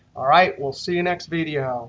all right, we'll see you next video.